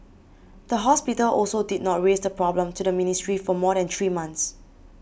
the hospital also did not raise the problem to the ministry for more than three months